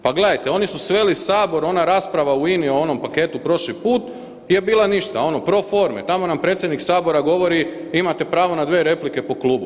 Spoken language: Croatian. Pa gledajte, oni su sveli Sabor, ona rasprava u INA-i o onom paketu prošli put je bila ništa, ono pro forme, tamo na predsjednik Sabora govori imate pravo na 2 replike po klubu.